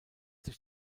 sich